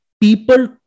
people